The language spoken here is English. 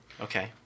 Okay